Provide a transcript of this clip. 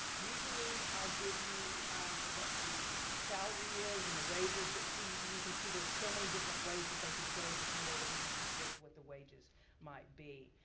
usually, i give you what the salary is and the wages, but you can see there are so many different ways that they could go. there's no way that we could predict what the wages might be.